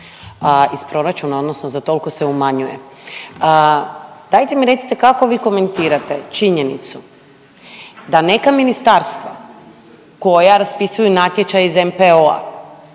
iz proračuna odnosno za toliko se umanjuje, dajte mi recite kako vi komentirate činjenicu da neka ministarstva koja raspisuju natječaje iz NPO-a